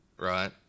Right